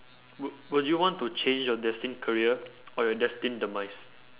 wou~ will you want to change your destined career or your destined demise